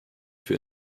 für